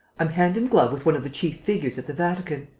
i'm hand in glove with one of the chief figures at the vatican.